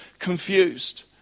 confused